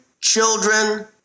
children